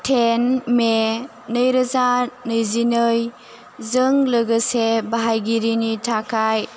ten मे नैरोजा नैजिनै जों लोगोसे बाहायगिरिनि थाखाय